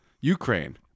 Ukraine